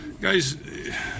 guys